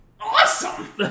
awesome